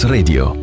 Radio